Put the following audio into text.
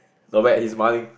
not bad his smiling